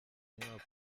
mwaka